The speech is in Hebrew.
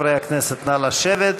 חברי הכנסת, נא לשבת.